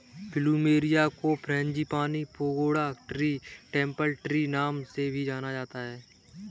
plumeria को frangipani, pagoda tree, temple tree नाम से भी जाना जाता है